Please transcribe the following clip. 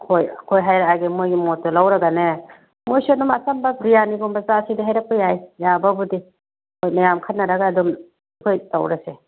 ꯍꯣꯏ ꯑꯩꯈꯣꯏ ꯍꯥꯏꯔꯛꯑꯒꯦ ꯃꯣꯏ ꯃꯣꯠꯇꯣ ꯂꯧꯔꯥꯒꯅꯦ ꯃꯣꯏꯁꯨ ꯑꯗꯨꯝ ꯑꯆꯝꯕ ꯕ꯭ꯔꯤꯌꯥꯅꯤꯒꯨꯝꯕ ꯆꯥꯁꯦꯗꯤ ꯍꯥꯏꯔꯛꯄ ꯌꯥꯏ ꯌꯥꯕꯕꯨꯗꯤ ꯍꯣꯏ ꯃꯌꯥꯝ ꯈꯟꯅꯔꯒ ꯑꯗꯨꯝ ꯍꯣꯏ ꯇꯧꯔꯁꯦ